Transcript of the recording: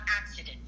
accident